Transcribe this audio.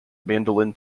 mandolin